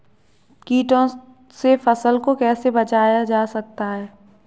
कीटों से फसल को कैसे बचाया जा सकता है?